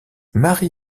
marie